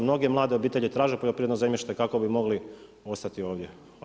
Mnoge mlade obitelji traže poljoprivredno zemljište kako bi mogli ostati ovdje.